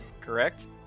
Correct